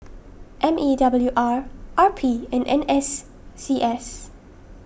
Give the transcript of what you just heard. M E W R R P and N S C S